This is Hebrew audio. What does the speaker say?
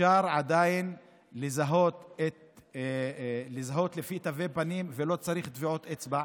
אפשר עדיין לזהות לפי תווי פנים ולא צריך טביעות אצבע.